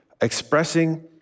expressing